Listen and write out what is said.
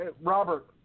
Robert